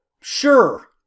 Sure